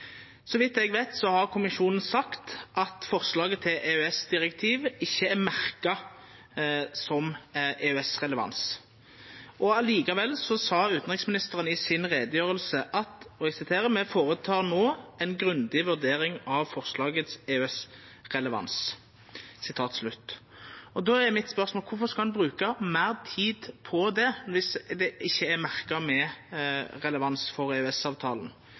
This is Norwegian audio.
Så vidt eg veit, har Kommisjonen sagt at forslaget til EØS-direktiv ikkje er merka som EØS-relevant. Likevel sa utanriksministeren i si utgreiing: «Vi foretar nå en grundig vurdering av forslagets EØS-relevans.» Då er mitt spørsmål: Kvifor skal ein bruka meir tid på det, viss det ikkje er merka med relevans for